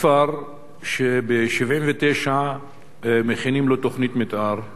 כפר שב-1979 מכינים לו תוכנית מיתאר,